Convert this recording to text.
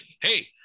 hey